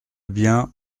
bien